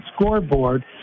scoreboard